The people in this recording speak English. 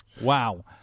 wow